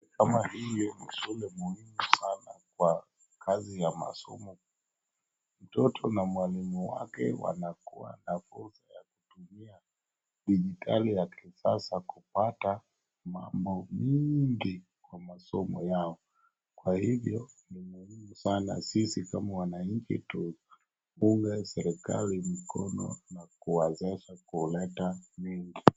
Kama hii ni shule muhimu sana kwa kazi ya masomo. Mtoto na mwalimu wake wanakuwa na fursa ya kutumia dijitali ya kisasa kupata mambo mingi kwa masomo yao. Kwa hivyo, ni muhimu sana sisi kama wananchi tuunge serikali mkono na kuwawezesha kuleta mengi.